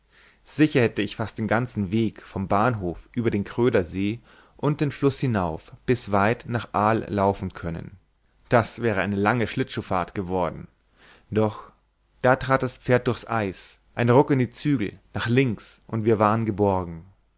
sicher hätte ich fast den ganzen weg vom bahnhof über den krödersee und den fluß hinauf bis weit hinein nach l laufen können das wäre eine lange schlittschuhfahrt geworden doch da trat das pferd durchs eis ein ruck in die zügel nach links und wir waren geborgen